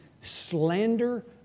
slander